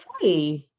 hey